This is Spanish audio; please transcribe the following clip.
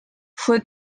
fue